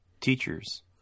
teachers